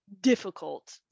difficult